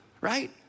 right